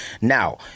Now